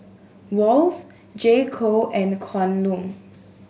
Wall's J Co and Kwan Loong